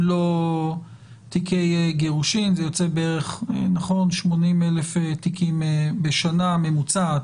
לא תיקי גירושין זה יוצא בערך 80,000 תיקים בשנה ממוצעת,